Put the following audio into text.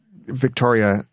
Victoria